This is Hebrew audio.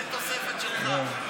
זה תוספת שלך.